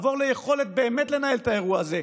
לעבור באמת ליכולת לנהל את האירוע הזה.